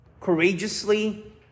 courageously